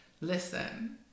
Listen